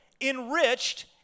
enriched